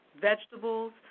vegetables